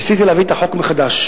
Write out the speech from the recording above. ניסיתי להביא את החוק מחדש.